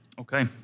Okay